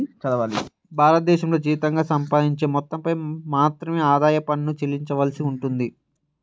భారతదేశంలో జీతంగా సంపాదించే మొత్తంపై మాత్రమే ఆదాయ పన్ను చెల్లించవలసి ఉంటుంది